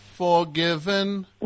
forgiven